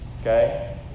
okay